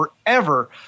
forever